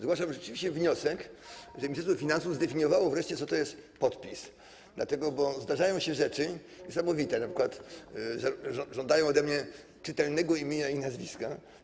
Zgłaszał on rzeczywiście wniosek, żeby Ministerstwo Finansów zdefiniowało wreszcie, co to jest podpis, dlatego że zdarzają się rzeczy niesamowite, np. kiedy żądają ode mnie czytelnego imienia i nazwiska.